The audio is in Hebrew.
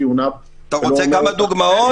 טיעוניו ולא אומר אותם --- אתה רוצה כמה דוגמאות?